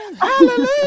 Hallelujah